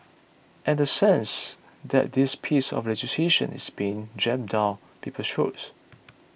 and a sense that this piece of legislation is being jammed down people's throats